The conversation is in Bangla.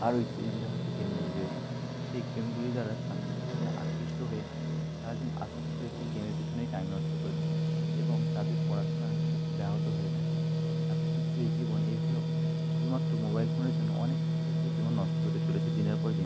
আরও ইত্যাদি যে সমস্ত গেমগুলি রয়েছে সেই গেমগুলি দ্বারা ছাত্র ছাত্রীরা আকৃষ্ট হয়ে সারা দিন আসক্ত হয়ে সেই গেমের পেছনেই টাইম নষ্ট করে থাকেন এবং তাদের পড়াশুনার ব্যাহত হয়ে থাকে ছাত্র ছাত্রীদের জীবন এভাবে শুধুমাত্র মোবাইল ফোনের জন্য অনেক ছাত্র ছাত্রীর জীবন নষ্ট হতে চলেছে দিনের পর দিন